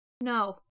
No